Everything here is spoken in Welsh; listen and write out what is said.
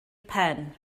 pen